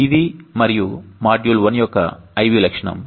ఇది మరియు మాడ్యూల్ 1 యొక్క IV లక్షణం